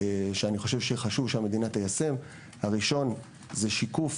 שאני חושב שחשוב שהמדינה תיישם: הראשון זה שיקוף